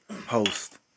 host